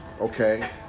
okay